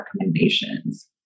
recommendations